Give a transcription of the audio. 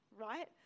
right